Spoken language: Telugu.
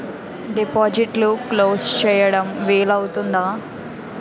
డిపాజిట్లు క్లోజ్ చేయడం వీలు అవుతుందా?